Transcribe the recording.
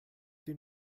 den